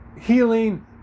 healing